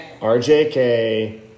RJK